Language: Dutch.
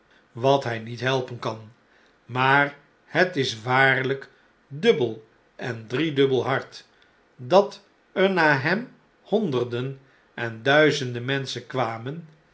wat hjj niet helpenkan maar het is waarlijk dubbel en driedubbel hard dat er na hem honderden en duizenden menschen'kwamen